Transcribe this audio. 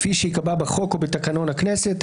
כפי שייקבע בחוק או בתקנון הכנסת.